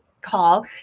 call